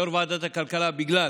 כיושב-ראש ועדת הכלכלה, בגלל